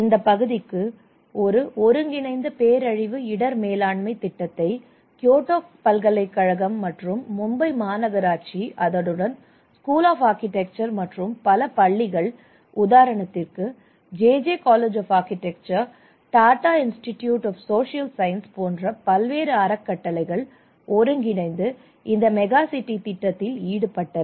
இந்தப் பகுதிக்கு ஒரு ஒருங்கிணைந்த பேரழிவு இடர் மேலாண்மை திட்டத்தை கியோட்டோ பல்கலைக்கழகம் மற்றும் மும்பை மாநகராட்சி அதனுடன் ஸ்கூல் ஆப் ஆர்கிடெக்சர் மற்றும் பல பள்ளிகள் உதாரணத்திற்கு JJ college of architecture Tata institute of social science போன்ற பல்வேறு அறக்கட்டளைகள் ஒருங்கிணைந்து இந்த மெகா சிட்டி திட்டத்தில் ஈடுபட்டனர்